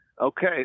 Okay